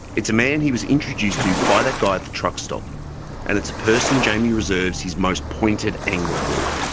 it's a man he was introduced to by that guy at the truck stop and it's the person jamie reserves his most pointed anger for.